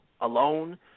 alone